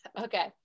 Okay